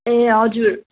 ए हजुर